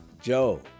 Joe